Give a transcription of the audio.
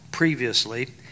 previously